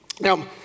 Now